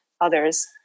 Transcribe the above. others